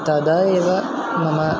तदा एव मम